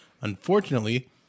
Unfortunately